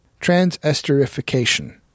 transesterification